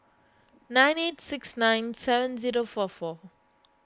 nine eight six nine seven zero four four